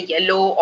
Yellow